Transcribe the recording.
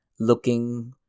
Looking